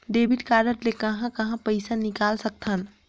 Debit card ले कहां कहां पइसा निकाल सकथन?